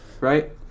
right